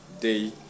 day